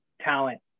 talent